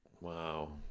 Wow